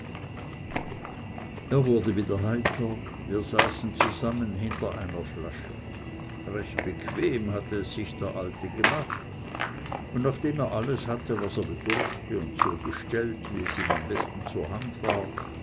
er wurde wieder heiter und wir setzten uns ins freie hinter eine flasche recht bequem hatte es sich der alte gemacht und nachdem er alles hatte was er bedurfte und so gestellt wie es ihm am besten zur hand war